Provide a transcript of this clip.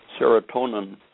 serotonin